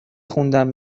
خوندن